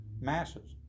masses